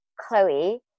Chloe